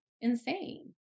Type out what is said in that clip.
insane